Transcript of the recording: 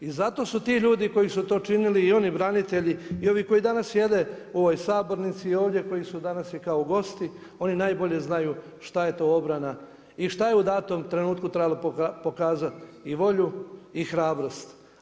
I zato su ti ljudi koji su to činili i oni branitelji i oni koji danas sjede u ovoj sabornici i ovdje koji su danas i kao gosti, oni najbolje znaju šta je to obrana i šta je u datom trenutku trebalo pokazati i volju i hrabrost.